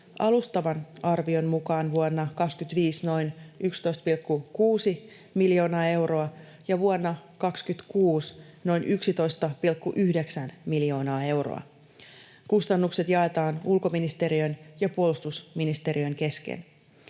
alustavan arvion mukaan vuonna 25 noin 11,6 miljoonaa euroa ja vuonna 26 noin 11,9 miljoonaa euroa. Kustannukset jaetaan ulkoministeriön ja puolustusministeriön kesken.